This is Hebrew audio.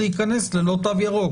להיכנס ללא תו ירוק,